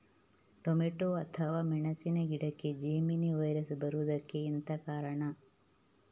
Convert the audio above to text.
Tomato ಅಥವಾ ಮೆಣಸಿನ ಗಿಡಕ್ಕೆ ಜೆಮಿನಿ ವೈರಸ್ ಬರುವುದಕ್ಕೆ ಎಂತ ಕಾರಣ?